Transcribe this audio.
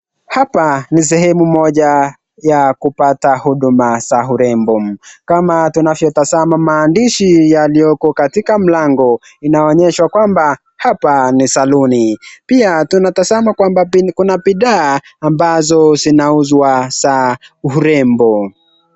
Hapa ni sehemu moja ya kupata huduma za urembo, kama tunavyotazama maandishi yaliyoko katika mlango, inaonyesha kwamba hapa ni saluni, pia tunatazama kwamba kuna bidhaa ambazo zinauzwa za urembo.